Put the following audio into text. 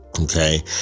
Okay